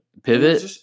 Pivot